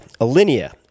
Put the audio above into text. Alinea